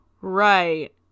Right